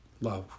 Love